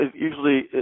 usually